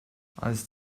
als